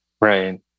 Right